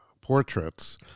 portraits